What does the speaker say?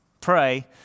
Pray